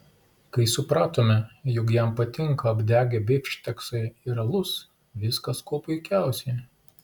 kai supratome jog jam patinka apdegę bifšteksai ir alus viskas kuo puikiausiai